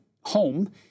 home